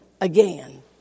again